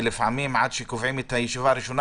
ולפעמים עד שקובעים את הישיבה הראשונה,